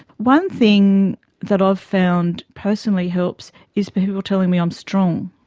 one thing that i've found personally helps is people telling me i'm strong,